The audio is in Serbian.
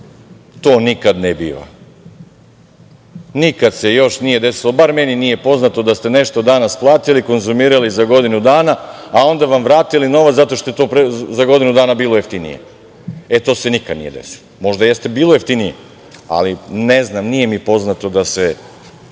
to nikada ne biva. Nikada se još nije desilo, bar meni nije poznato da ste nešto danas platili, konzumirali za godinu dana, a onda vam vratili novac zato što je to za godinu dana bilo jeftinije. E, to se nikada nije desilo. Možda jeste bilo jeftinije, ali ne znam, nije mi poznato da se